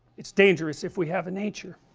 it's dangerous if we have a nature